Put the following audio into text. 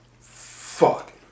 Fuck